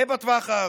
זה בטווח הארוך,